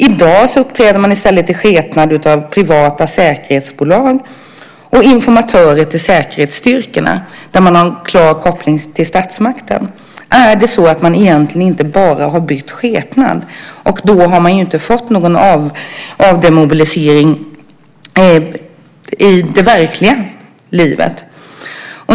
I dag uppträder man i stället i skepnad av privata säkerhetsbolag och informatörer till säkerhetsstyrkorna, som har en klar koppling till statsmakten. Är det egentligen så att man bara har bytt skepnad, då har man inte fått någon avmobilisering i det verkliga livet.